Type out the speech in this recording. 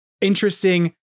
interesting